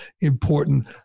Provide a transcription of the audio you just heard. important